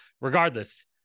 regardless